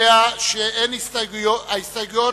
קובעים שבפסקה (2), הסיפא,